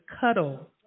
cuddle